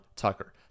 tucker